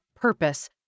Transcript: purpose